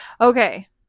Okay